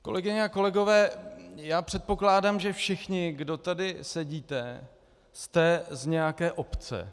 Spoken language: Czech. Kolegyně a kolegové, já předpokládám, že všichni, kdo tady sedíte, jste z nějaké obce.